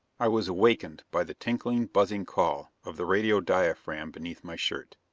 i was awakened by the tinkling, buzzing call of the radio-diaphragm beneath my shirt.